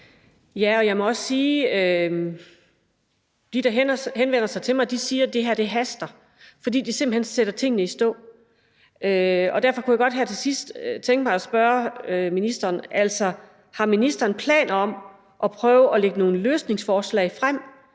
Ja, og jeg må også sige, at de, der henvender sig til mig, siger, at det her haster, fordi det simpelt hen sætter tingene i stå. Derfor kunne jeg godt her til sidst tænke mig at spørge ministeren: Har ministeren planer om at prøve at lægge nogle løsningsforslag frem,